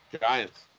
Giants